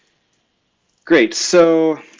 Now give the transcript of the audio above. great, so